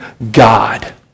God